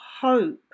hope